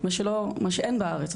מה שאין בארץ.